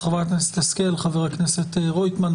חברת הכנסת השכל, חבר הכנסת רוטמן,